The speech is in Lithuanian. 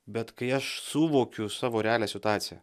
bet kai aš suvokiu savo realią situaciją